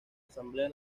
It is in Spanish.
asamblea